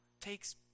takes